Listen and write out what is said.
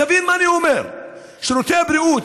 תבין מה אני אומר: שירותי הבריאות,